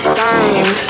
time